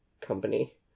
company